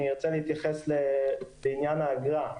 ארצה להתייחס לסעיף הבא, בעניין האגרה.